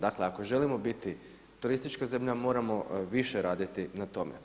Dakle, ako želimo biti turistička zemlja moramo više raditi na tome.